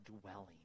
dwelling